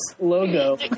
logo